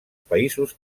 països